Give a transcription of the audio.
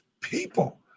People